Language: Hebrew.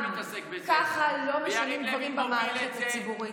ככה לא משנים דברים במערכת הציבורית.